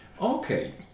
okay